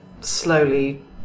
slowly